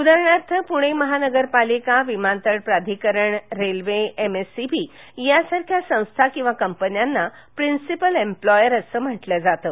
उदाहरणार्थ पुणे महानगरपालिका विमानतळ प्राधिकरण रेल्वे एमएसईबी या सारख्या संस्था किंवा कंपन्यांना प्रिन्सिपल एम्प्लॉयर असे म्हटले जाते